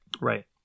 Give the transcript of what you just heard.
Right